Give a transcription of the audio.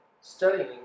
studying